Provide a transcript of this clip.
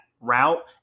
route